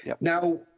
Now